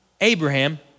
Abraham